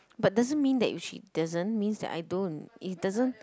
but doesn't mean that she doesn't means that I don't it doesn't